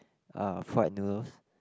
uh fried noodles